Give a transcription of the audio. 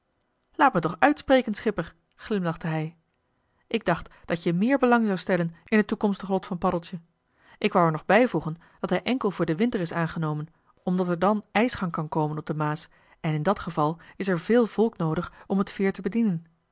laat me toch uitspreken schipper glimlachte hij ik dacht dat je méér belang zou stellen in het toekomstig lot van paddeltje ik wou er nog bijvoegen dat hij enkel voor den winter is aangenomen omdat er dan ijsgang kan komen op de maas en in dat geval is er veel volk noodig om het veer te bedienen